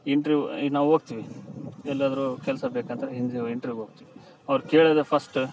interview ಈಗ ನಾವು ಹೋಗ್ತೀವಿ ಎಲ್ಲಾದರು ಕೆಲಸ ಬೇಕಂತ ಹಿಂಗ್ ಇಂಟ್ರೀವ್ಗೆ ಹೋಗ್ತೀವಿ ಅವ್ರು ಕೇಳೊದೆ ಫಸ್ಟ್